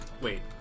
Wait